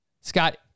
Scott